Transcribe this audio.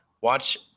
Watch